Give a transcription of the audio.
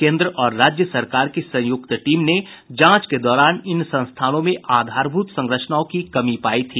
केन्द्र और राज्य सरकार की संयुक्त टीम ने जांच के दौरान इन संस्थानों में आधारभूत संरचनाओं की कमी पायी थी